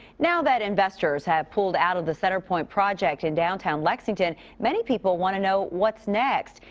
now that investors have pulled out of the centrepointe project. in downtown lexington. many people want to know what's next?